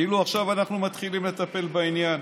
כאילו עכשיו אנחנו מתחילים לטפל בעניין.